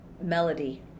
melody